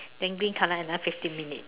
then green colour another fifteen minutes